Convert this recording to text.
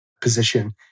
position